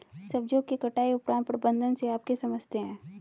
सब्जियों के कटाई उपरांत प्रबंधन से आप क्या समझते हैं?